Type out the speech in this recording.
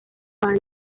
wanjye